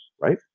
right